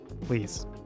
Please